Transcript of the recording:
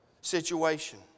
situation